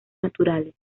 naturales